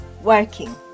working